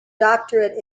doctorate